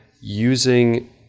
using